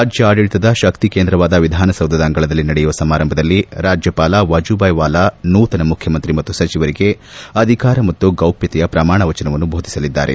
ರಾಜ್ಯ ಆಡಳಿತದ ಶಕ್ತಿ ಕೇಂದ್ರವಾದ ವಿಧಾನಸೌಧದ ಅಂಗಳದಲ್ಲಿ ನಡೆಯುವ ಸಮಾರಂಭದಲ್ಲಿ ರಾಜ್ಯಪಾಲ ವಾಜು ಬಾಯಿ ವಾಲಾ ನೂತನ ಮುಖ್ಯಮಂತ್ರಿ ಮತ್ತು ಸಚವರಿಗೆ ಅಧಿಕಾರ ಮತ್ತು ಗೌಪ್ಠತೆಯ ಪ್ರಮಾಣವಚನವನ್ನು ಬೋಧಿಸಲಿದ್ದಾರೆ